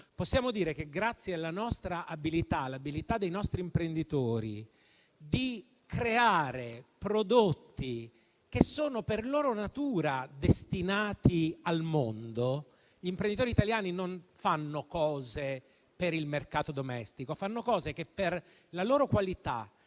leggi di bilancio, grazie all'abilità nostra e dei nostri imprenditori di creare prodotti che sono per loro natura destinati al mondo. Gli imprenditori italiani non producono per il mercato domestico, ma fanno cose che, per la loro qualità